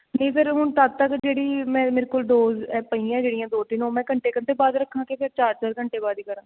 ਨਹੀਂ ਫਿਰ ਹੁਣ ਤਦ ਤੱਕ ਜਿਹੜੀ ਮੈਂ ਮੇਰੇ ਕੋਲ ਡੋਜ਼ ਪਈਆਂ ਜਿਹੜੀਆਂ ਦੋ ਤਿੰਨ ਉਹ ਮੈਂ ਘੰਟੇ ਘੰਟੇ ਬਾਅਦ ਰੱਖਾਂ ਕਿ ਫਿਰ ਚਾਰ ਚਾਰ ਘੰਟੇ ਬਾਅਦ ਹੀ ਕਰਾਂ